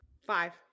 Five